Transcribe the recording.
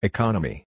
Economy